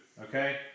okay